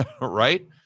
right